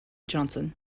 johnson